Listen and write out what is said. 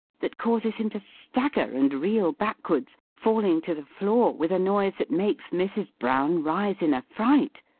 that causes him to stagger and reel backwards, falling to the floor, with a noise that makes mrs. brown rise in a fright,